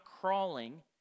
crawling